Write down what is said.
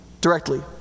directly